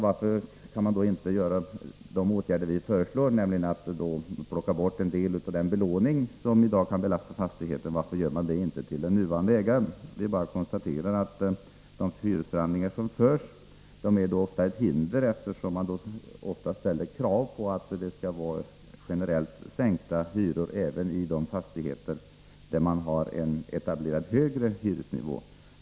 Varför kan man då inte vidta de åtgärder som vi föreslår — nämligen att ta bort en del av den belåning som i dag eventuellt belastar fastigheten — när det gäller den nuvarande ägaren? Vi konstaterar bara att de hyresförhandlingar som förs utgör ett hinder, eftersom det ofta ställs krav på att det skall vara generellt sänkta hyror, även i de fastigheter där man har en etablerad högre hyresnivå.